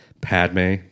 Padme